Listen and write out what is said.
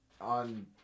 on